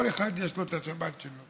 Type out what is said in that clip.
כל אחד יש לו את השבת שלו.